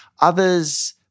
others